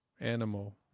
Animal